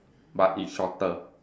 but is shorter